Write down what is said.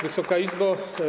Wysoka Izbo!